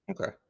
Okay